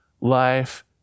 life